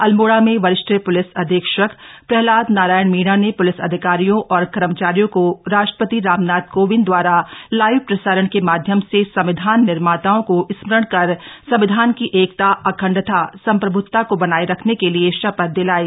अल्मोड़ा में वरिष्ठ पुलिस अधीक्षक प्रहलाद नारायण मीणा ने पुलिस अधिकारियो और कर्मचारियों को राष्ट्रपति रामनाथ कोविन्द दवारा लाईव प्रसारण के माध्यम से संविधान निर्माताओं को स्मरण कर संविधान की एकता अखण्डता सम्प्रभूता को बनाये रखने के लिए शपथ दिलायी